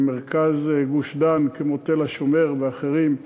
במרכז גוש-דן, כמו תל-השומר ואחרים,